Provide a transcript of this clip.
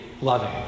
loving